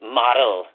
model